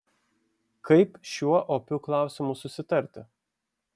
kaip šiuo opiu klausimu susitarti